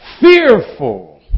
fearful